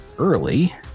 early